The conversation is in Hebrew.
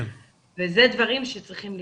ואלה דברים שצריכים להיות.